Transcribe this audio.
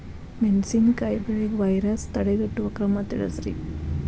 ಮೆಣಸಿನಕಾಯಿ ಬೆಳೆಗೆ ವೈರಸ್ ತಡೆಗಟ್ಟುವ ಕ್ರಮ ತಿಳಸ್ರಿ